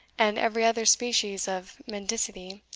and every other species of mendicity,